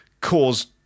cause